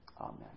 Amen